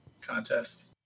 contest